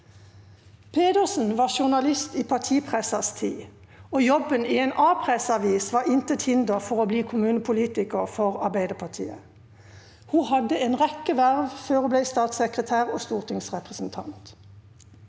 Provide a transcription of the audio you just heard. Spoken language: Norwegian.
Pedersen var journalist i partipressens tid, og jobben i en A-presseavis var intet hinder for å bli kommunepolitiker for Arbeiderpartiet. Hun hadde en rekke verv før hun ble statssekretær og stortingsrepresentant.